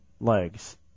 legs